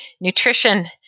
nutrition